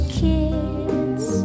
kids